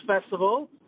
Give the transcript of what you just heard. festival